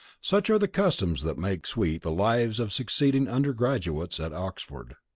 such are the customs that make sweet the lives of succeeding undergraduates at oxford.